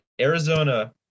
Arizona